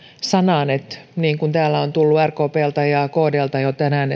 sanaan niin kuin täällä on tullut rkpltä ja kdltä jo tänään